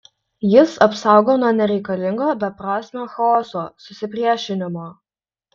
jis apsaugo nuo nereikalingo beprasmio chaoso susipriešinimo